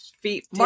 Feet